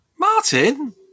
Martin